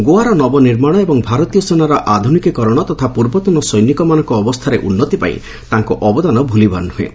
ଗୋଆର ନବନିର୍ମାଣ ଏବଂ ଭାରତୀୟ ସେନାର ଆଧୁନିକୀକରଣ ତଥା ପୂର୍ବତନ ସୈନିକମାନଙ୍କ ଅବସ୍ଥାରେ ଉନ୍ନତି ପାଇଁ ତାଙ୍କ ଅବଦାନ ଭୁଲିବାର ନୁହେଁ